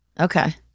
Okay